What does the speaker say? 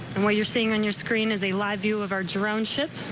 and what you're seeing on your screen is a live view of our drone ship.